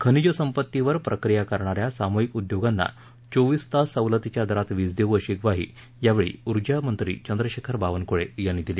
खनिज संपत्तीवर प्रक्रिया करणा या सामुहिक उद्योगांना चोवीस तास सवलतीच्या दरात वीज देऊ अशी ग्वाही यावेळी ऊर्जामंत्री चंद्रशेखर बावनकुळे यांनी दिली